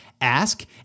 ask